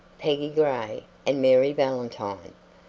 peggy gray and mary valentine.